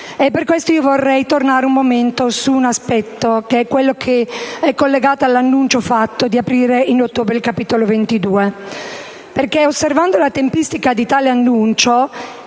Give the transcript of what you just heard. Per questo vorrei tornare un momento su un aspetto che è collegato all'annuncio fatto di aprire in ottobre il Capitolo 22.